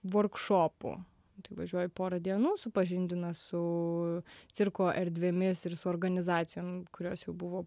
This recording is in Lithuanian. vorkšopų tai važiuoju porą dienų supažindina su cirko erdvėmis ir su organizacijom kurios jau buvo